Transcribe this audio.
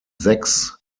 sechs